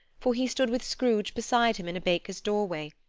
for he stood with scrooge beside him in a baker's doorway,